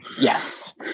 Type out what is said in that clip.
Yes